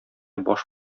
баш